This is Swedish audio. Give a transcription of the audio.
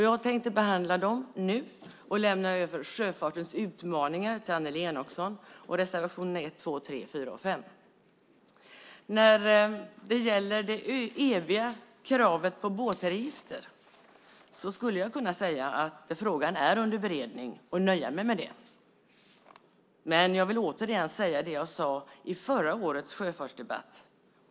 Jag tänker behandla dem nu och lämna över sjöfartens utmaningar och reservation 1, 2, 3, 4 och 5 till Annelie Enochson. När det gäller det eviga kravet på båtregister skulle jag kunna säga att frågan är under beredning, och nöja mig med det. Men jag vill återigen säga det jag sade i förra årets sjöfartsdebatt.